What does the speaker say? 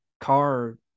car